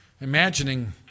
imagining